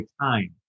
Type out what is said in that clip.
time